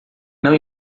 não